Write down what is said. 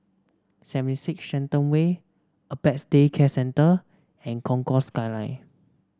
Seventy Six Shenton Way Apex Day Care Centre and Concourse Skyline